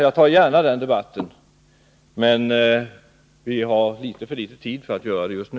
Jag för gärna den debatten, men vi har alltför kort tid för att göra det just nu.